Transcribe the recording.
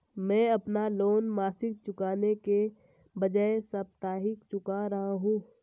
मैं अपना लोन मासिक चुकाने के बजाए साप्ताहिक चुका रहा हूँ